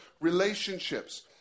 relationships